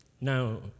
Now